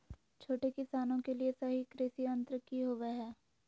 छोटे किसानों के लिए सही कृषि यंत्र कि होवय हैय?